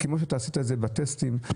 כפי שעשית בטסטים,